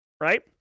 right